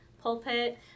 pulpit